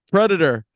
Predator